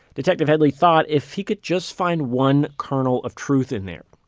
detective headley thought if he could just find one kernel of truth in there,